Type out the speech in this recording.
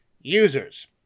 users